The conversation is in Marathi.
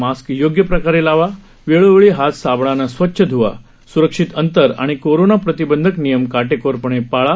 मास्क योग्य प्रकारे लावा वेळोवेळी हात साबणाने स्वच्छ धुवा सुरक्षित अंतर आणि कोरोना प्रतिबंधक नियम काटेकोर णे ाळा